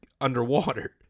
underwater